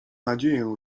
nadzieję